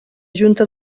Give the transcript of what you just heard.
junta